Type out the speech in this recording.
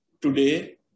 today